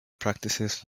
practices